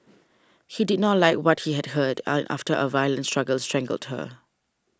he did not like what he had heard and after a violent struggle strangled her